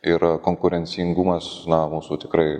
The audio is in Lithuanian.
ir konkurencingumas na mūsų tikrai